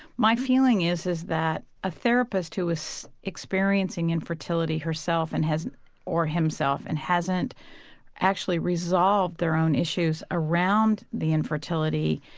my feeling is is that a therapist who is experiencing infertility herself and or himself and hasn't actually resolved their own issues around the infertility,